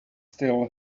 still